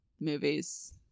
movies